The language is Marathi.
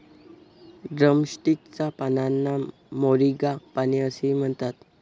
ड्रमस्टिक च्या पानांना मोरिंगा पाने असेही म्हणतात